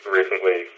recently